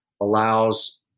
allows